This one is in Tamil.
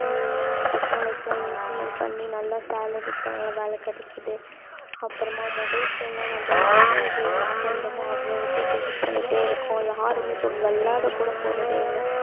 டெக்னாலஜிலாம் இம்ப்ரூவ்மெண்ட் பண்ணி நல்ல சேலரி நல்ல வேலை கிடக்கிது அப்புறமா மொபைல் ஃபோன் நம்ம எவ்வளோ எவ்வளோ யூஸ் பண்றோமோ அவ்வளோதுக்கு இப்போ யூஸ் பண்ணிகிட்டே இருக்கோம் யாருமே இப்போ வெளாட கூட போகிறதே இல்லை